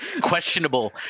Questionable